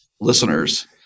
Listeners